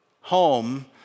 home